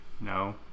No